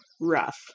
Rough